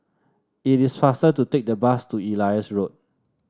it is faster to take the bus to Elias Road